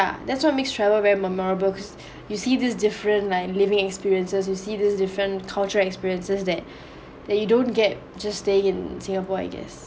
that's what makes travel very memorial cause you see these different like living experiences you see these different cultural experiences that that you don't get just staying in singapore I guess